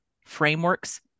frameworks